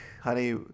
honey